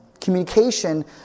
Communication